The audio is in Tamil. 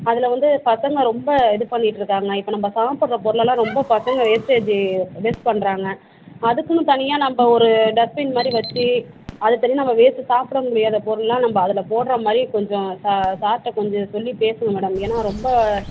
அதில் வந்து பசங்க ரொம்ப இது பண்ணிட்டு இருக்காங்க இப்போ நம்ப சாப்புடுற பொருளெல்லாம் ரொம்ப பசங்க வேஸ்ட்டேஜ்ஜு வேஸ்ட் பண்ணுறாங்க அதுக்குன்னு தனியாக நம்ப ஒரு டஸ்ட்பின் மாதிரி வெச்சு அது தனி நம்ம வேஸ்ட் சாப்பிட முடியாத பொருள் எல்லாம் நம்ப அதில் போடுற மாதிரி கொஞ்ச சா சார்கிட்ட கொஞ்ச சொல்லி பேசுங்கள் மேடம் ஏன்னா ரொம்ப